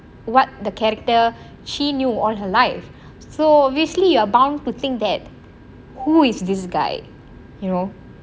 what the character she knew all her life so obviously you are bound putting that who is this guy you know